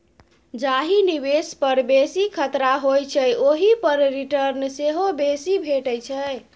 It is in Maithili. जाहि निबेश पर बेसी खतरा होइ छै ओहि पर रिटर्न सेहो बेसी भेटै छै